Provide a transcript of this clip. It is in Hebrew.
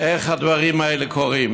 איך הדברים האלה קורים.